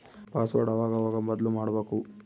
password ಅವಾಗವಾಗ ಬದ್ಲುಮಾಡ್ಬಕು